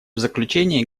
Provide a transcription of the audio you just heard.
заключение